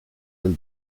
del